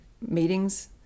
meetings